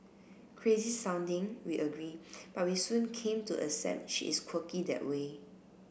crazy sounding we agree but we soon came to accept she is quirky that way